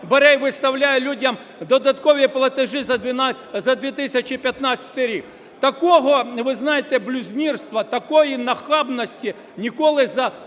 бере і виставляє людям додаткові платежі за 2015 рік. Такого, ви знаєте, блюзнірства, такої нахабності ніколи за